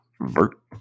Vert